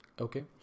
Okay